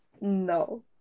no